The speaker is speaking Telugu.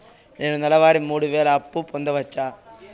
నేను నెల వారి మూడు వేలు అప్పు పొందవచ్చా?